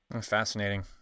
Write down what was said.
Fascinating